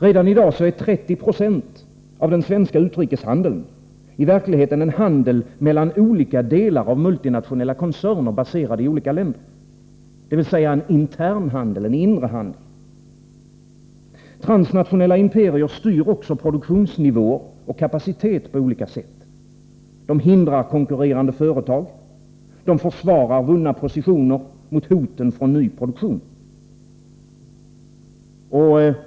Redan i dag är 30 20 av den svenska utrikeshandeln i verkligheten en handel mellan olika delar av multinationella koncerner, baserade i olika länder, dvs. en intern handel, en inre handel. Transnationella imperier styr också produktionsnivåer och kapacitet på olika sätt — de hindrar konkurrerande företag, de försvarar vunna positioner mot hoten från ny produktion.